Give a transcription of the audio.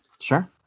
Sure